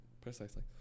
Precisely